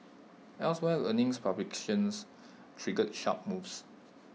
elsewhere earnings publications triggered sharp moves